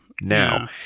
now